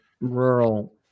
rural